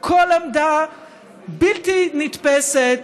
כל עמדה בלתי נתפסת,